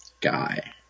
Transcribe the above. guy